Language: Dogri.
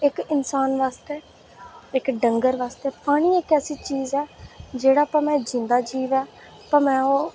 इक इन्सान आस्तै इक डंगर आस्तै पानी इक ऐसी चीज ऐ जेह्ड़ा भामें जिंदा जीव ऐ भामें ओह्